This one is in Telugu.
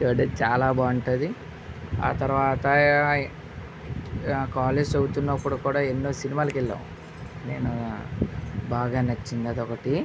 చూడడానికి చాలా బాగుంటుంది ఆ తర్వాత కాలేజ్ చదువుతున్నప్పుడు కూడా ఎన్నో సినిమాలు వెళ్ళాం నేను బాగా నచ్చింది అదొక్కటి